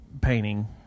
painting